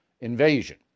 invasion